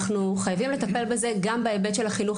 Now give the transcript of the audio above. אנחנו חייבים לטפל בזה גם בהיבט של החינוך